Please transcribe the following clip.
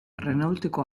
renaulteko